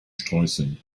streuseln